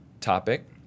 topic